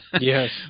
Yes